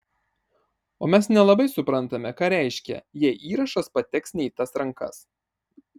o mes nelabai suprantame ką reiškia jei įrašas pateks ne į tas rankas